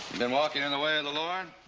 been walking in the way of the lord?